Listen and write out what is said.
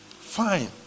fine